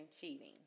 cheating